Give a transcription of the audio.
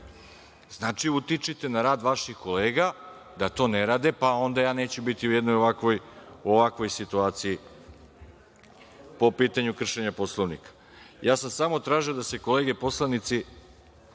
Znači, utičite na rad vaših kolega da to ne rade, pa onda ja neću biti u jednoj ovakvoj situaciji po pitanju kršenja Poslovnika. Samo sam tražio da se kolege poslanici